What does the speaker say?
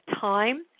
time